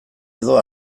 edo